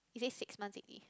is it six months already